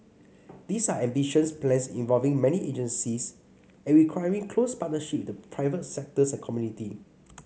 these are ambitious plans involving many agencies and requiring close partnership with the private sector and community